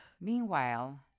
Meanwhile